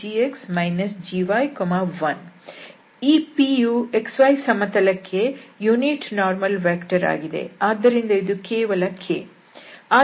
ಈ pಯು xy ಸಮತಲಕ್ಕೆ ಏಕಾಂಶ ಲಂಬ ಸದಿಶ ವಾಗಿದೆ ಆದ್ದರಿಂದ ಇದು ಕೇವಲ k